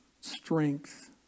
strength